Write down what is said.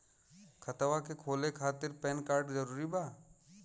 खतवा के खोले खातिर पेन कार्ड जरूरी बा?